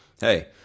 hey